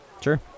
Sure